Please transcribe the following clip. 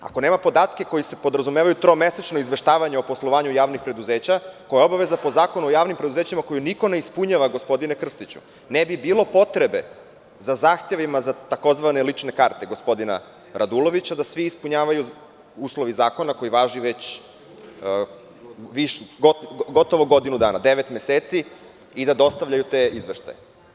Ako nema podatke koji podrazumevaju tromesečno izveštavanje o poslovanju javnih preduzeća, koja je obaveza po Zakonu o javnim preduzećima koju niko ne ispunjava, gospodine Krstiću, ne bi bilo potrebe za zahtevima za tzv. lične karte gospodina Radulovića, da svi ispunjavaju uslove zakona koji važe već gotovo godinu dana, devet meseci i dostavljaju te izveštaje.